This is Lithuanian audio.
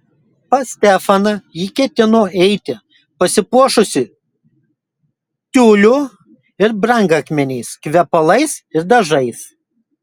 pas stefaną ji ketino eiti pasipuošusi tiuliu ir brangakmeniais kvepalais ir dažais